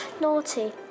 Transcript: naughty